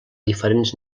diferents